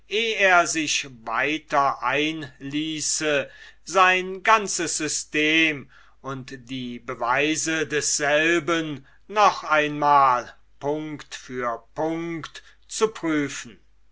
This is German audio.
er sich weiter einließe sein ganzes system und die beweise desselben noch einmal punct vor punct zu prüfen